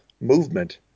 movement